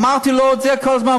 אמרתי לו את זה כל הזמן,